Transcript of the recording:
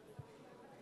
זה.